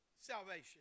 salvation